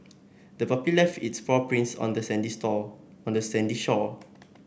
the puppy left its paw prints on the sandy store on the sandy shore